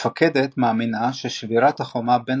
המפקדת מאמינה ששבירה החומה בין